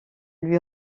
lui